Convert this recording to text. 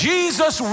Jesus